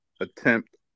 attempt